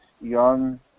young